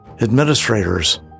administrators